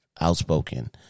outspoken